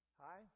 hi